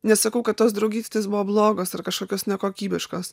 nesakau kad tos draugystės buvo blogos ar kažkokios nekokybiškos